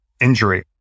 injury